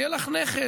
יהיה לך נכד.